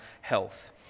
health